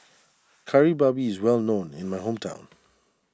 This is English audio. Kari Babi is well known in my hometown